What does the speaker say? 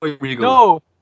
No